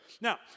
Now